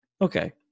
Okay